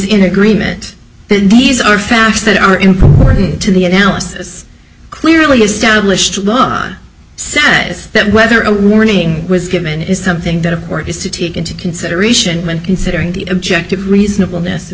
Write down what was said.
in agreement that these are facts that are important to the analysis clearly established law sad is that whether a warning was given is something that a court has to take into consideration when considering the objective reasonable